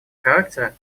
характера